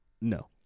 no